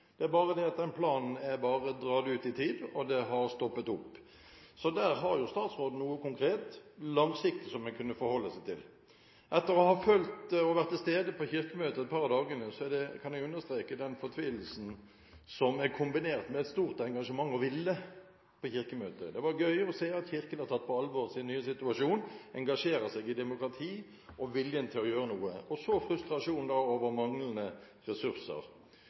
det er bare det at den planen er dratt ut i tid, og det har stoppet opp. Der har jo statsråden noe konkret og langsiktig hun kunne forholde seg til. Etter å ha vært til stede på Kirkemøtet et par av dagene kan jeg understreke den fortvilelsen, som er kombinert med et stort engasjement og vilje på Kirkemøtet. Det var gøy å se at Kirken har tatt på alvor sin nye situasjon, engasjerer seg i demokrati og har viljen til å gjøre noe – og så frustrasjonen over manglende ressurser.